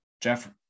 Jeff